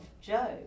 Joe